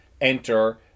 enter